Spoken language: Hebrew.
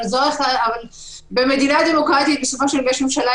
אבל במדינה דמוקרטית יש ממשלה,